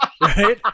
right